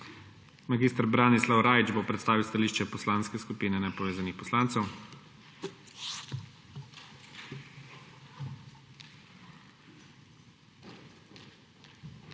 Mag. Branislav Rajić bo predstavil stališče Poslanske skupine nepovezanih poslancev.